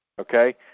Okay